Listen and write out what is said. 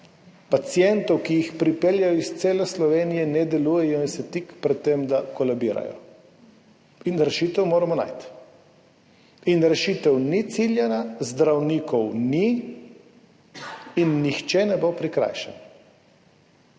pacientov, ki jih pripeljejo iz cele Slovenije, ne delujejo in so tik pred tem, da kolabirajo. Rešitev moramo najti. Rešitev ni ciljana, zdravnikov ni, nihče ne bo prikrajšan